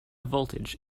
voltage